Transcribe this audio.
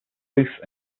roof